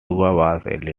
lady